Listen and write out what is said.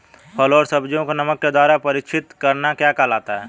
फलों व सब्जियों को नमक के द्वारा परीक्षित करना क्या कहलाता है?